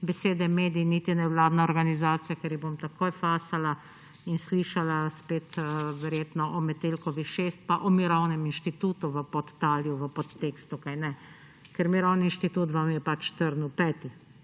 besede medij niti nevladna organizacija, ker jih bom takoj fasala in slišala spet, verjetno, o Metelkovi 6 pa o Mirovnem inštitutu v podtalju, v podtekstu – kajne? Ker Mirovni inštitut vam je trn v peti.